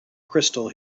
crystal